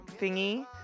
thingy